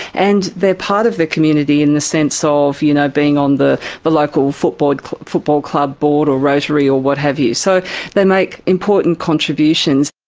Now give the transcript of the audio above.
and they're part of the community in the sense of, you know, being on the the local football football club board or rotary or what have you. so they make important contributions.